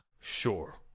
Sure